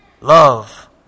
Love